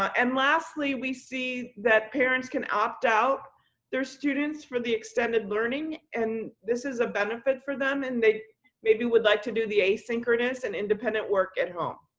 um and lastly, we see that parents can opt out their students for the extended learning, and this is a benefit for them. and they maybe would like to do the asynchronous and independent work at home.